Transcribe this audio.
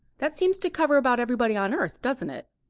that seems to cover about everybody on earth, doesn't it?